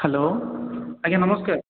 hello ଆଜ୍ଞା ନମସ୍କାର